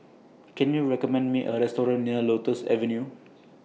Can YOU recommend Me A Restaurant near Lotus Avenue